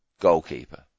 goalkeeper